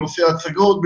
בנושא הצגות,